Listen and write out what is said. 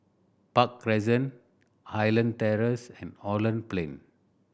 Park Crescent Highland Terrace and Holland Plain